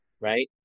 Right